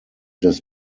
des